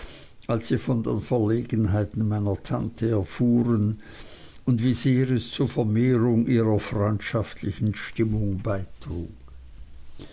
als sie von den verlegenheiten meiner tante erfuhren und wie sehr es zur vermehrung ihrer freundschaftlichen stimmung beitrug